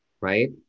right